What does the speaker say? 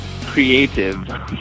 creative